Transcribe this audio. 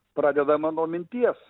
pradedama nuo minties